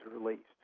released